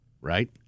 right